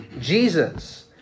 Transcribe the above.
Jesus